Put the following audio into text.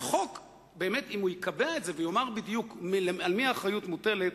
אם החוק באמת יקבע את זה ויאמר בדיוק על מי האחריות מוטלת,